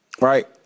right